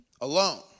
alone